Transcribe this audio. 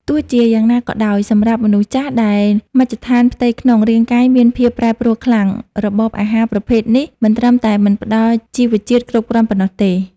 ទោះជាយ៉ាងណាក៏ដោយ សម្រាប់មនុស្សចាស់ដែលមជ្ឈដ្ឋានផ្ទៃក្នុងរាងកាយមានភាពប្រែប្រួលខ្លាំង របបអាហារប្រភេទនេះមិនត្រឹមតែមិនផ្តល់ជីវជាតិគ្រប់គ្រាន់ប៉ុណ្ណោះទេ។